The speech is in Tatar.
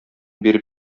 биреп